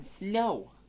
No